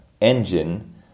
engine